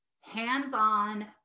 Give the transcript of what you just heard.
hands-on